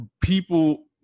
people